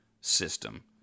system